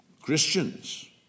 Christians